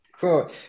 Cool